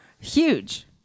huge